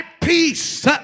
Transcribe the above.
peace